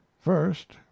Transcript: First